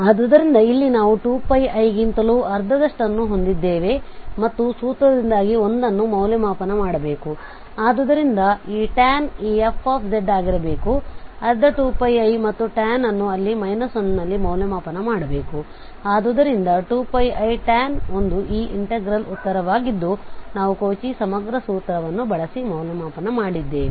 ಆದ್ದರಿಂದ ಇಲ್ಲಿ ನಾವು 2πi ಗಿಂತಲೂ ಅರ್ಧದಷ್ಟನ್ನು ಹೊಂದಿದ್ದೇವೆ ಮತ್ತು ಸೂತ್ರದಿಂದಾಗಿ 1 ಅನ್ನು ಮೌಲ್ಯಮಾಪನ ಮಾಡಬೇಕು ಆದ್ದರಿಂದ ಈ tan ಈ f ಆಗಿರಬೇಕು ಅರ್ಧ 2πi ಮತ್ತು tan ಅನ್ನು ಇಲ್ಲಿ 1 ನಲ್ಲಿ ಮೌಲ್ಯಮಾಪನ ಮಾಡಬೇಕು ಆದ್ದರಿಂದ 2πitan 1 ಈ ಇನ್ಟೆಗ್ರಲ್ ಉತ್ತರವಾಗಿದ್ದು ನಾವು ಕೌಚಿ ಸಮಗ್ರ ಸೂತ್ರವನ್ನು ಬಳಸಿ ಮೌಲ್ಯಮಾಪನ ಮಾಡಿದ್ದೇವೆ